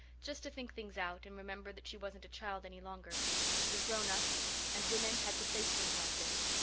just to think things out and remember that she wasn't a child any longer she was grown-up and women had to face things like this.